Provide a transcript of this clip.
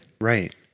Right